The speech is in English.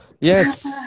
yes